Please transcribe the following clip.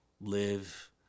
live